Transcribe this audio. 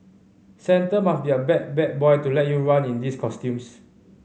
Santa must be a bad bad boy to let you run in these costumes